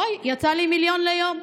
אוי, יצא לי מיליון ליום.